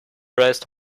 breast